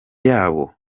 yabo